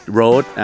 road